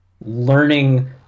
learning